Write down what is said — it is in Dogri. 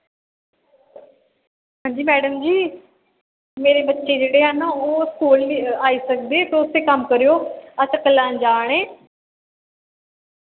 हां जी मैडम जी मेरे बच्चे जेह्ड़े हैन ना ओह् स्कूल नी आई सकदे तुस इक कम्म करेओ अस चक्कर लान जा ने